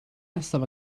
nesaf